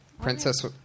Princess